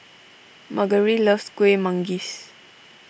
Margery loves Kuih Manggis